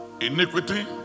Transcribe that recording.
iniquity